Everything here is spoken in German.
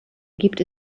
gibt